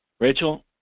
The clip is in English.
rachel,